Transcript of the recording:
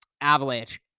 Avalanche